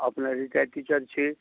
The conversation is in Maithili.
अपने रिटायर टीचर छी